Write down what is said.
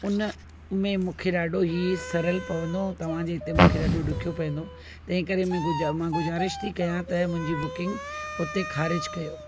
हुन में मूंखे ॾाढो ई सरल पवंदो तव्हांजे हिते मूंखे ॾाढो ॾुखियो पवंदो तंहिं करे मां गुजा गुज़ारिश थी कयां त मुंहिंजी बुकिंग हुते ख़ारिजु कयो